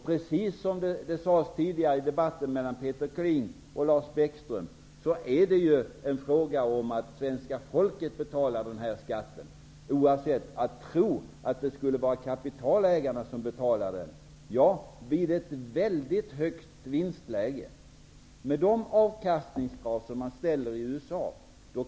Precis som det sades tidigare, i debatten mellan Peter Kling och Lars Bäckström, är det en fråga om att svenska folket betalar den här skatten, oavsett om man tror att det är kapitalägarna som betalar. Ja, detta kan möjligen vara sant vid ett mycket högt vinstläge, med de avkastningskrav som man ställer i USA.